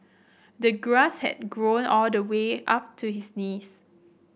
the grass had grown all the way up to his knees